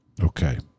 Okay